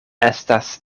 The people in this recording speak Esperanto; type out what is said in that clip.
estas